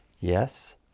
yes